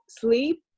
sleep